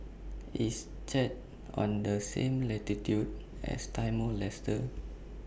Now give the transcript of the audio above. IS Chad on The same latitude as Timor Leste